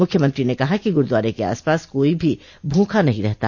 मुख्यमंत्री ने कहा कि गुरूद्वारे के आसपास कोई भी भूखा नहीं रहता